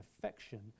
affection